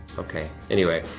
okay, anyway,